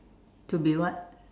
to be what